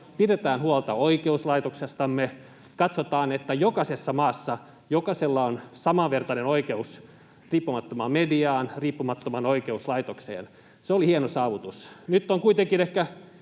pidetään huolta oikeuslaitoksestamme, katsotaan, että jokaisessa maassa jokaisella on samanvertainen oikeus riippumattomaan mediaan, riippumattomaan oikeuslaitokseen. Se oli hieno saavutus. Nyt on kuitenkin ehkä